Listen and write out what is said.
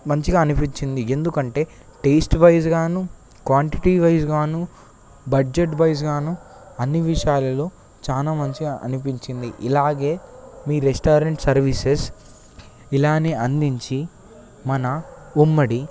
మంచిగా అనిపించింది ఎందుకంటే టేస్ట్ వైస్ గాను క్వాంటిటీ వైస్ గాను బడ్జెట్ వైస్ గాను అన్ని విషయాలలో చానా మంచిగా అనిపించింది ఇలాగే మీ రెస్టారెంట్ సర్వీసెస్ ఇలాగే అందించి మన ఉమ్మడి